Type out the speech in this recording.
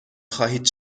خواهید